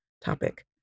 topic